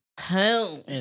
home